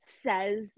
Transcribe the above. says